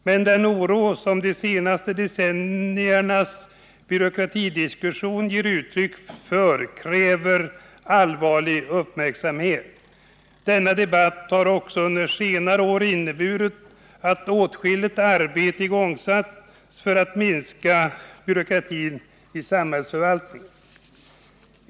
Men den oro som de senare decenniernas byråkratidiskussion ger uttryck för kräver allvarlig uppmärksamhet. Denna debatt har under senare år också inneburit att åtskilligt arbete igångsatts för att minska byråkratin i samhällsförvaltningen.